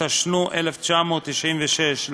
התשנ"ו 1996,